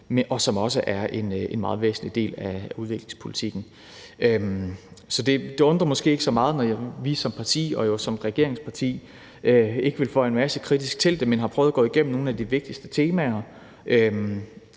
og som også er en meget væsentlig del af udviklingspolitikken. Det undrer måske ikke så meget, når vi som parti og jo som regeringsparti ikke vil føje masse kritisk til, men har prøvet at gå igennem nogle af de vigtigste temaer;